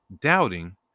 doubting